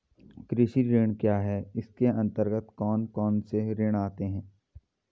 कृषि ऋण क्या है इसके अन्तर्गत कौन कौनसे ऋण आते हैं?